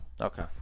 Okay